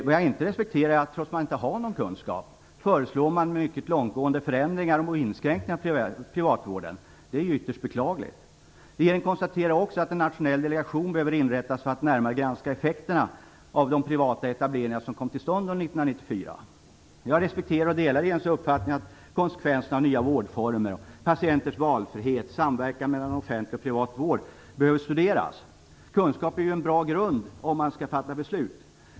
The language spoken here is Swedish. Vad jag inte respekterar är att man, trots att man inte har någon kunskap, föreslår mycket långtgående förändringar och inskränkningar för privatvården. Det är ytterst beklagligt. Regeringen konstaterar också att en nationell delegation behöver inrättas för att närmare granska effekterna av de privata etableringar som kom till stånd under 1994. Jag respekterar och delar regeringens uppfattning att konsekvenserna av de nya vårdformerna, patientens valfrihet och samverkan mellan offentlig och privat vård behöver studeras. Kunskap är en bra grund om man skall fatta beslut.